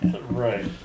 Right